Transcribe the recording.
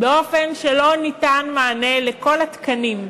באופן שלא ניתן מענה לכל התקנים,